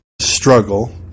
struggle